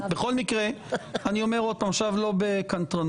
בכל מקרה, אני אומר שוב ועכשיו לא בקנטרנות,